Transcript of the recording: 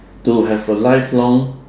to have a lifelong